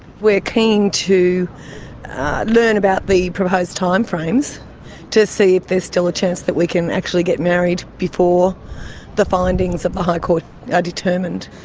we are keen to learn about the proposed timeframes to see if there is still a chance that we can actually get married before the findings of the high court are determined.